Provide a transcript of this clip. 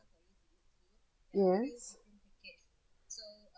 yes